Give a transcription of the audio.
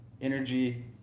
energy